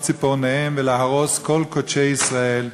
ציפורניהם ולהרוס כל קודשי ישראל.